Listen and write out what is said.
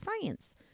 science